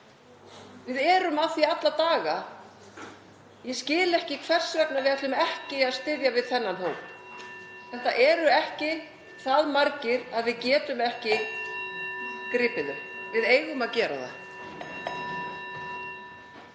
Við erum að því alla daga. Ég skil ekki hvers vegna við ætlum ekki að styðja við þennan hóp. Þetta eru ekki það margir að við getum ekki gripið þá og við eigum að gera það.